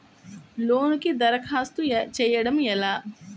లోనుకి దరఖాస్తు చేయడము ఎలా?